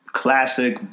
classic